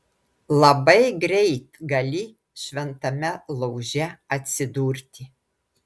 labai greit gali šventame lauže atsidurti